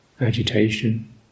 agitation